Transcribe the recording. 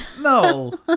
no